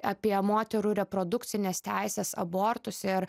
apie moterų reprodukcines teises abortus ir